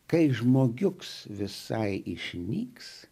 kai žmogiuks visai išnyks